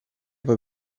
puoi